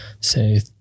say